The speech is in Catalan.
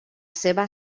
seva